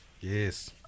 Yes